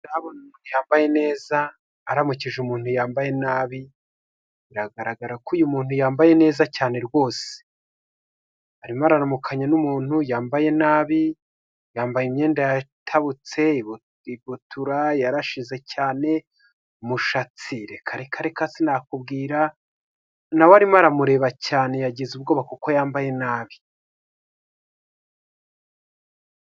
Umuntu wambaye neza aramukije umuntu wambaye nabi, biragaragara ko uyu muntu yambaye neza cyane rwose. Arimo araramukanya n'umuntu wambaye nabi yambaye imyenda yatabutse. ibutura yatabutse, umushatsi reka reka reka sinakubwira, nawe arimo aramureba cyane yagize ubwoba kuko yambaye nabi.